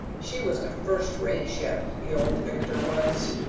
she was a first-rate ship, the old victor was,